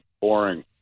boring